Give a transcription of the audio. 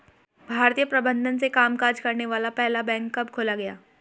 भारतीय प्रबंधन से कामकाज करने वाला पहला बैंक कब खोला गया?